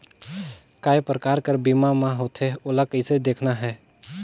काय प्रकार कर बीमा मा होथे? ओला कइसे देखना है?